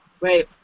Wait